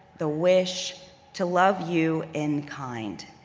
the wish to love you in kind.